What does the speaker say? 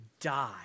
die